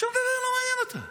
ושום דבר לא מעניין אותה.